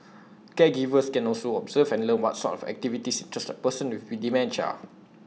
caregivers can also observe and learn what sort of activities interest A person with dementia